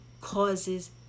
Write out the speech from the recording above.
causes